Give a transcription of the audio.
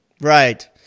Right